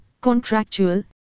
contractual